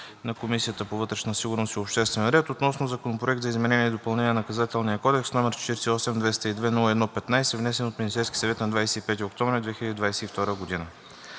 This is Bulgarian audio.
г., Комисията по вътрешна сигурност и обществен ред разгледа и обсъди Законопроект за изменение и допълнение на Наказателния кодекс, № 48-202-01-15, внесен от Министерския съвет на 25 октомври 2022 г.